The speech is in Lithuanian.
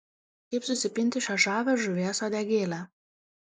kaip susipinti šią žavią žuvies uodegėlę